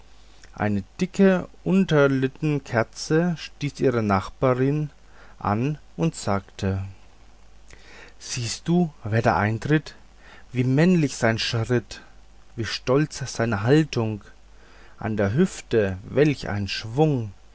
eine dicke unschlittkerze stieß ihre nachbarin an und sagte siehst du wer da eintritt wie männlich sein schritt wie stolz seine haltung an der hüfte welch ein schwung